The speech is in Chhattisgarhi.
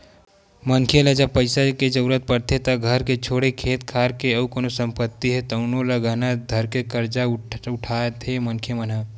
मनखे ल जब पइसा के जरुरत पड़थे त घर के छोड़े खेत खार के अउ कोनो संपत्ति हे तउनो ल गहना धरके करजा उठाथे मनखे मन ह